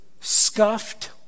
scuffed